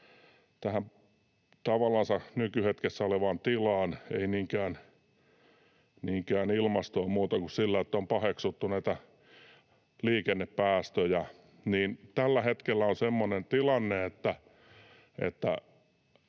nykyhetkessä olevaan tilaan, ei niinkään ilmastoon muuta kuin siinä, että on paheksuttu näitä liikennepäästöjä: tällä hetkellä on semmoinen tilanne,